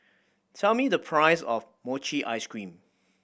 tell me the price of mochi ice cream